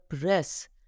press